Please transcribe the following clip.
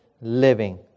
living